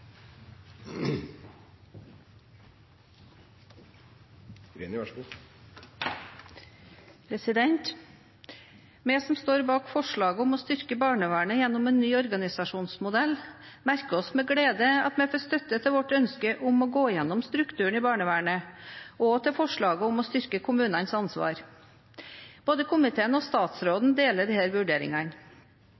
Vi som står bak forslaget om å styrke barnevernet gjennom en ny organisasjonsmodell, merker oss med glede at vi får støtte til vårt ønske om å gå igjennom strukturen i barnevernet og til forslaget om å styrke kommunenes ansvar. Både komiteen og